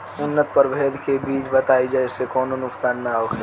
उन्नत प्रभेद के बीज बताई जेसे कौनो नुकसान न होखे?